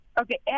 Okay